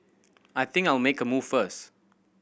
I think I'll make a move first